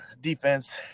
defense